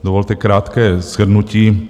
Dovolte krátké shrnutí.